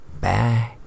Bye